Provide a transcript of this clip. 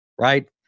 right